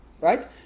Right